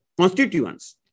constituents